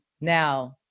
now